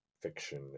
fiction